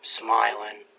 smiling